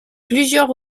plusieurs